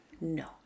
No